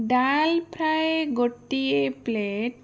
ଡାଲ୍ଫ୍ରାଏ ଗୋଟିଏ ପ୍ଲେଟ୍